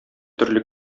төрле